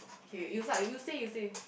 K you start you say you say